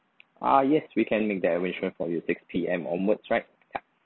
ah yes we can make that arrangement for you six P_M onwards right yup